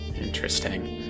Interesting